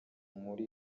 muri